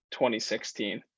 2016